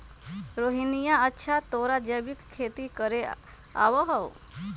रोहिणीया, अच्छा तोरा जैविक खेती करे आवा हाउ?